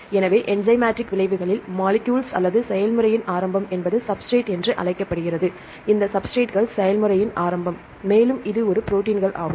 எனவே என்சைமேடிக் விளைவுகளில் மலிக்யூல் அல்லது செயல்முறையின் ஆரம்பம் என்பது சப்ஸ்ஸ்ரேட் என்று அழைக்கப்படுகிறது இந்த சப்ஸ்ஸ்ரேட்கள் செயல்முறையின் ஆரம்பம் மேலும் இது ஒரு ப்ரோடீன்ஸ் ஆகும்